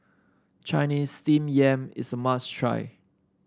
Chinese Steamed Yam is a must try